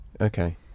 Okay